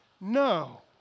no